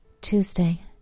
Tuesday